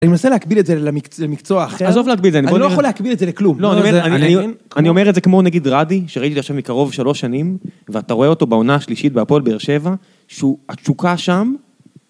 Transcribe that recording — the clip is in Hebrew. אני מנסה להקביל את זה למקצוע אחר, עזוב להקביל את זה... אני לא יכול להקביל את זה לכלום. לא, אני אומר את זה כמו נגיד רדי, שראיתי אותו עכשיו מקרוב שלוש שנים, ואתה רואה אותו בעונה השלישית בהפועל באר שבע, שהוא התשוקה שם.